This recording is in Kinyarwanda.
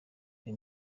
uyu